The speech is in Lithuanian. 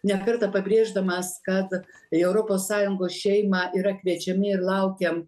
ne kartą pabrėždamas kad į europos sąjungos šeimą yra kviečiami laukiam